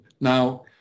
now